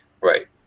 right